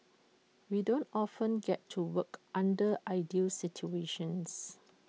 we don't often get to work under ideal situations